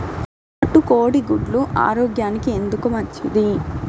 నాటు కోడి గుడ్లు ఆరోగ్యానికి ఎందుకు మంచిది?